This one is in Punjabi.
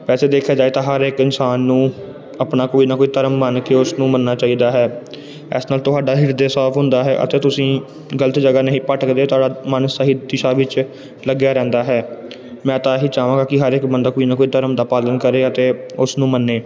ਵੈਸੇ ਦੇਖਿਆ ਜਾਵੇ ਤਾਂ ਹਰ ਇੱਕ ਇਨਸਾਨ ਨੂੰ ਆਪਣਾ ਕੋਈ ਨਾ ਕੋਈ ਧਰਮ ਮੰਨ ਕੇ ਉਸ ਨੂੰ ਮੰਨਣਾ ਚਾਹੀਦਾ ਹੈ ਇਸ ਨਾਲ ਤੁਹਾਡਾ ਹਿਰਦੇ ਸਾਫ ਹੁੰਦਾ ਹੈ ਅਤੇ ਤੁਸੀਂ ਗਲਤ ਜਗ੍ਹਾ ਨਹੀਂ ਭਟਕਦੇ ਤੁਹਾਡਾ ਮਨ ਸਹੀ ਦਿਸ਼ਾ ਵਿੱਚ ਲੱਗਿਆ ਰਹਿੰਦਾ ਹੈ ਮੈਂ ਤਾਂ ਇਹੀ ਚਾਹਵਾਂਗਾ ਕਿ ਹਰ ਇੱਕ ਬੰਦਾ ਕੋਈ ਨਾ ਕੋਈ ਧਰਮ ਦਾ ਪਾਲਣ ਕਰੇ ਅਤੇ ਉਸ ਨੂੰ ਮੰਨੇ